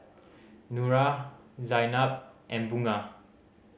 Nura Zaynab and Bunga